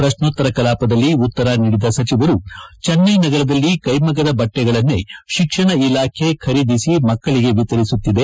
ಪ್ರಶ್ನೋತ್ತರ ಕಲಾಪದಲ್ಲಿ ಉತ್ತರ ನೀಡಿದ ಸಚಿವರು ಚೆನ್ನೈ ನಗರದಲ್ಲಿ ಕೈಮಗ್ಗದ ಬಟ್ಟಿಗಳನ್ನೇ ಶಿಕ್ಷಣ ಇಲಾಖೆ ಖರೀದಿಸಿ ಮಕ್ಕಳಗೆ ಎತರಿಸುತ್ತಿದೆ